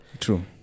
True